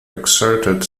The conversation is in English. exerted